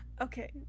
Okay